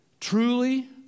Truly